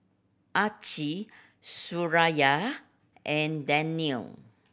Aqil Suraya and Daniel